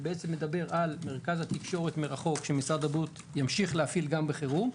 שמדבר על מרכז התקשורת מרחוק שמשרד הבריאות ימשיך להפעיל גם בחירום.